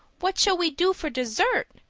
what shall we do for dessert?